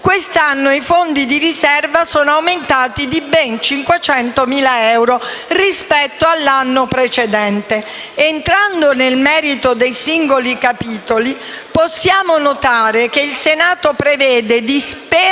Quest'anno i fondi di riserva sono aumentati di ben 500.000 euro rispetto all'anno precedente. Entrando nel merito dei singoli capitoli, possiamo notare che il Senato prevede di sperperare